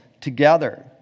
together